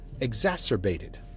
exacerbated